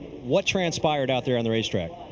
what transpired out there on the racetrack?